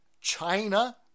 China